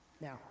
Now